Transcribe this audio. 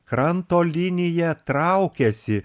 kranto linija traukiasi